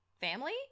family